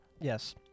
Yes